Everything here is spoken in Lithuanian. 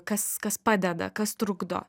kas kas padeda kas trukdo